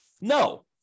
No